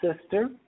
sister